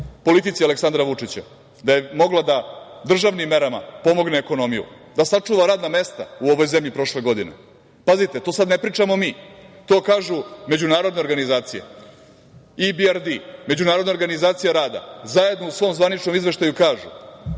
politici Aleksandra Vučića, da je mogla da državnim merama pomogne ekonomiju, da sačuva radna mesta u ovoj zemlji prošle godine? Pazite, to sada ne pričamo mi. To kažu međunarodne organizacije. IBRD, Međunarodna organizacija rada, zajedno u svom zvaničnom izveštaju kažu